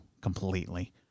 completely